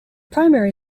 primary